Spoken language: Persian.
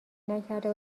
نکرده